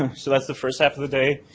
um so that's the first half of the day.